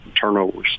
turnovers